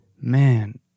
man